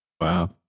Wow